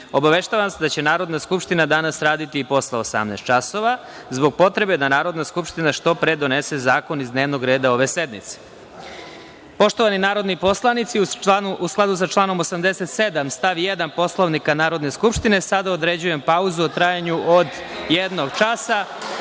obaveštavam vas da će Narodna skupština danas raditi i posle 18,00 časova, zbog potrebe da Narodna skupština što pre donese zakon iz dnevnog reda ove sednice. Poštovani narodni poslanici, u skladu sa članom 87. stav 1. Poslovnika Narodne skupštine, sada određujem pauzu u trajanju od jednog časa.